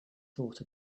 thought